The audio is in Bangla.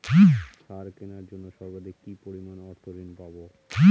সার কেনার জন্য সর্বাধিক কি পরিমাণ অর্থ ঋণ পাব?